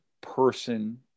person